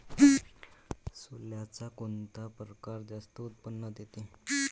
सोल्याचा कोनता परकार जास्त उत्पन्न देते?